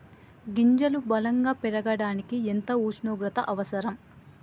గింజలు బలం గా పెరగడానికి ఎంత ఉష్ణోగ్రత అవసరం?